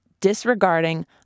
Disregarding